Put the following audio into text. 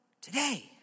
today